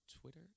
Twitter